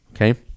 okay